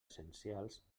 essencials